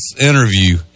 interview